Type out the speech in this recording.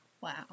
Wow